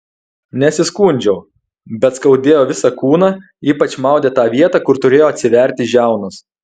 nesiskundžiau bet skaudėjo visą kūną ypač maudė tą vietą kur turėjo atsiverti žiaunos